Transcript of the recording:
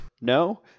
No